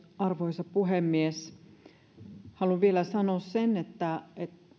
arvoisa puhemies haluan vielä sanoa sen että